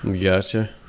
Gotcha